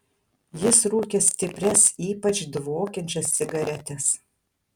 jis rūkė stiprias ypač dvokiančias cigaretes